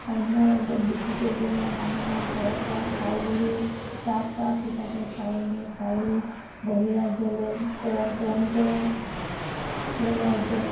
অন্য ৰাজ্যত বিক্ৰী কৰিবলৈ মানুহে ঘৰৰ পৰা চাউল দি ট্ৰাক ট্ৰাক হিচাপে চাউল নি চাউল বহিৰাজ্য়লৈ প্ৰে প্ৰেৰণ কৰে সেই ৰাজ্যত